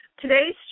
Today's